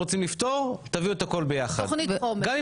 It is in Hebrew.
נכון.